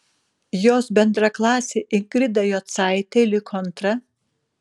jos bendraklasė ingrida jocaitė liko antra